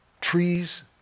trees